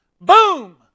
boom